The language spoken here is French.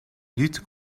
lutte